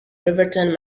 riverton